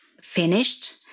finished